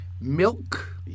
milk